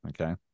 Okay